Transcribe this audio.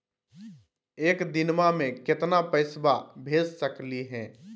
एक दिनवा मे केतना पैसवा भेज सकली हे?